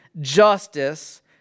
justice